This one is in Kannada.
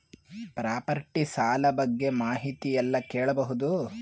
ಪ್ರಾಪರ್ಟಿ ಸಾಲ ಬಗ್ಗೆ ಮಾಹಿತಿ ಎಲ್ಲ ಕೇಳಬಹುದು?